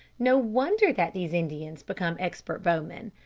no wonder that these indians become expert bowmen.